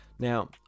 Now